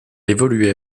évoluait